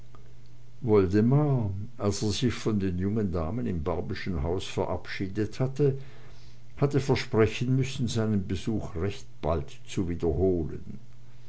woldemar als er sich von den jungen damen im barbyschen hause verabschiedet hatte hatte versprechen müssen seinen besuch recht bald zu wiederholen